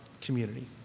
community